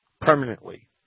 permanently